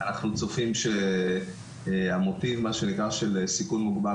אנחנו צופים שהמוטיב של מה שנקרא סיכון מוגבר